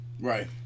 Right